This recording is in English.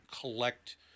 collect